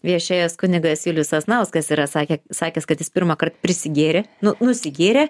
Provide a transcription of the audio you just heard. viešėjęs kunigas julius sasnauskas yra sakė sakęs kad jis pirmąkart prisigėrė nu nusigėrė